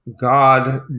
God